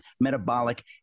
metabolic